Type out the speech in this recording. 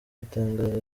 itangaza